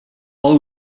all